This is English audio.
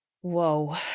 Whoa